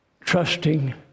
Trusting